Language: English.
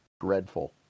dreadful